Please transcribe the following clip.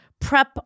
prep